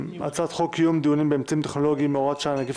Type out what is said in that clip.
הצעת חוק קיום דיונים באמצעים טכנולוגיים (הוראת שעה נגיף